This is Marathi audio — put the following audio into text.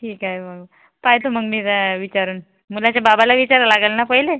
ठीक आहे मग पाहतो मग मी विचारून मुलाच्या बाबाला विचारावं लागेल ना पहिले